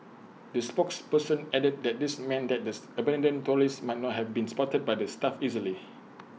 the spokesperson added that this meant that this abandoned trolleys might not have been spotted by the staff easily